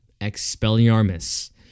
Expelliarmus